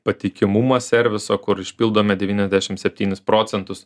patikimumą serviso kur išpildome devyniasdešim septynis procentus